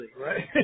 right